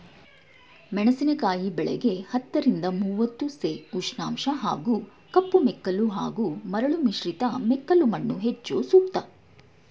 ಮೆಣಸಿನಕಾಯಿ ಬೆಳೆಗೆ ಹತ್ತರಿಂದ ಮೂವತ್ತು ಸೆ ಉಷ್ಣಾಂಶ ಹಾಗೂ ಕಪ್ಪುಮೆಕ್ಕಲು ಹಾಗೂ ಮರಳು ಮಿಶ್ರಿತ ಮೆಕ್ಕಲುಮಣ್ಣು ಹೆಚ್ಚು ಸೂಕ್ತ